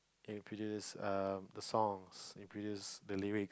it produce err the songs it produce the lyric